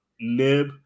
nib